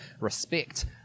respect